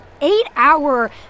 eight-hour